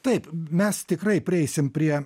taip mes tikrai prieisim prie